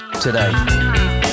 today